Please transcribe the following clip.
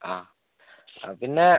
ആ പിന്നേ